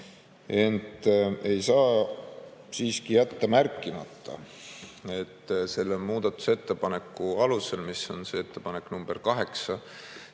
Ent ei saa siiski jätta märkimata, et selle muudatusettepaneku alusel, mis on ettepanek nr 8,